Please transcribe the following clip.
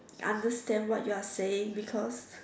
understand what you are saying because